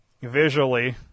visually